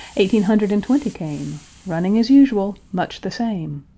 eighteen hundred and twenty came running as usual much the same.